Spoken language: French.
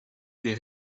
des